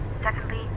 Secondly